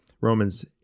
Romans